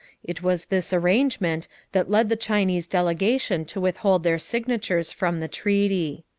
it was this arrangement that led the chinese delegation to withhold their signatures from the treaty.